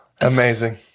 amazing